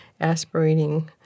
aspirating